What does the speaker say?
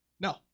No